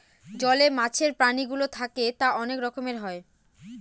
জলে মাছের প্রাণীগুলো থাকে তা অনেক রকমের হয়